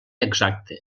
exacte